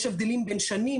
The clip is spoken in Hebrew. יש הבדלים בין שנים,